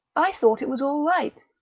i thought it was all right.